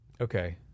Okay